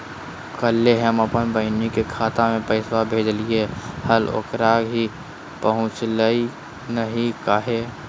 कल्हे हम अपन बहिन के खाता में पैसा भेजलिए हल, ओकरा ही पहुँचलई नई काहे?